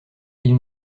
ils